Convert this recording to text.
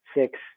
six